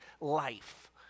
life